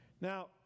Now